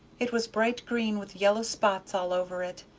it was bright green with yellow spots all over it,